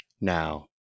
now